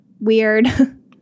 weird